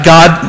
God